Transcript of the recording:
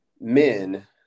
men